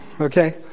Okay